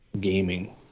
Gaming